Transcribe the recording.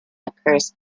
occurs